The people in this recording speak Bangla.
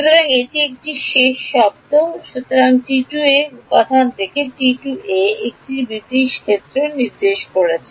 সুতরাং এটিই কি শেষ শব্দটি সঠিক উপাদান থেকে একটি থেকে নির্দেশ করছে